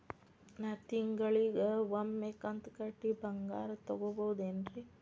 ನಾ ತಿಂಗಳಿಗ ಒಮ್ಮೆ ಕಂತ ಕಟ್ಟಿ ಬಂಗಾರ ತಗೋಬಹುದೇನ್ರಿ?